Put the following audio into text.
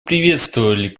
приветствовали